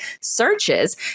searches